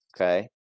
Okay